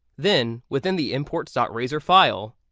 then within the imports ah razor file.